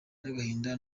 n’agahinda